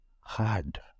hard